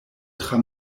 tra